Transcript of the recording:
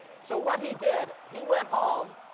so what he did, he went home.